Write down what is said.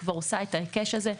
שכבר עושה את ההיקש הזה,